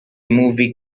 movie